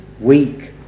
Weak